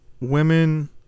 women